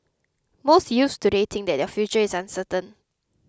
most youths today think that their future is uncertain